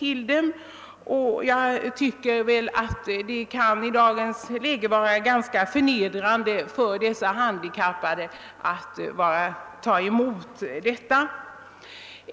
I dagens läge kan det nog vara ganska förnedrande för handikappade att behöva ta emot sådant.